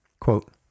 Quote